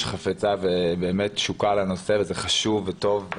חפצה ובאמת תשוקה לנושא וזה חשוב וטוב.